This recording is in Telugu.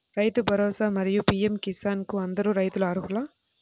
రైతు భరోసా, మరియు పీ.ఎం కిసాన్ కు అందరు రైతులు అర్హులా?